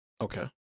Okay